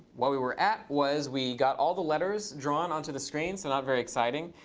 where we were at was we got all the letters drawn onto the screen. so not very exciting.